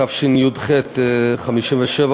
התשי"ח 1957,